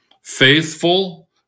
faithful